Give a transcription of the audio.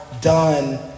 done